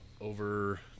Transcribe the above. over